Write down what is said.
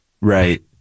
right